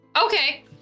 Okay